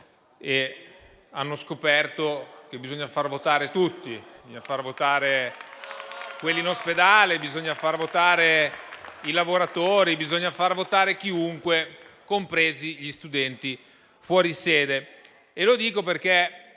e hanno scoperto che bisogna far votare tutti. Bisogna far votare quelli in ospedale, bisogna far votare i lavoratori, bisogna far votare chiunque, compresi gli studenti fuori sede.